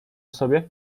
sobie